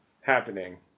happening